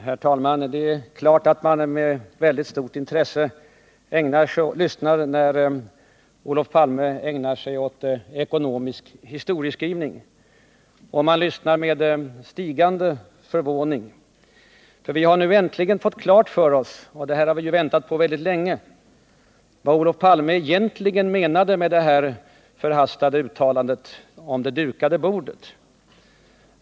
Herr talman! Det är självfallet med mycket stort intresse man lyssnar när Olof Palme ägnar sig åt ekonomisk historieskrivning. Man lyssnar också med stigande förvåning. Vi har nämligen nu äntligen fått klart för oss — och det har vi väntat på mycket länge — vad Olof Palme egentligen menade med det förhastade uttalandet om det dukade bordet.